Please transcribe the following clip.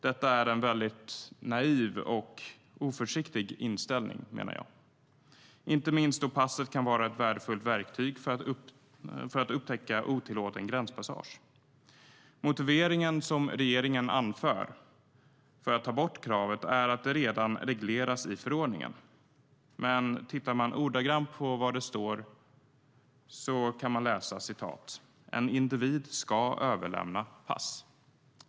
Detta är en väldigt naiv och oförsiktig inställning, menar jag, inte minst då passet kan vara ett värdefullt verktyg för att upptäcka otillåten gränspassage. Motiveringen som regeringen anför för att ta bort kravet är att detta redan regleras i förordningen. Det som står där är att en individ ska överlämna sitt pass.